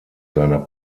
seiner